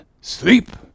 Sleep